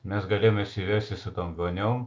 mes galėjom išsiversti su tom voniom